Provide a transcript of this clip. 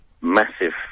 massive